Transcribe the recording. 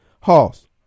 Hoss